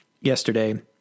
yesterday